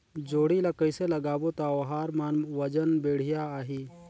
जोणी ला कइसे लगाबो ता ओहार मान वजन बेडिया आही?